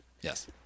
Yes